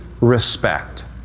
respect